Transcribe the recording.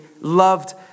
loved